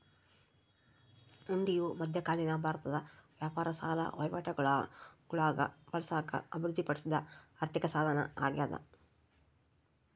ಹುಂಡಿಯು ಮಧ್ಯಕಾಲೀನ ಭಾರತದ ವ್ಯಾಪಾರ ಸಾಲ ವಹಿವಾಟುಗುಳಾಗ ಬಳಸಾಕ ಅಭಿವೃದ್ಧಿಪಡಿಸಿದ ಆರ್ಥಿಕಸಾಧನ ಅಗ್ಯಾದ